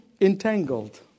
entangled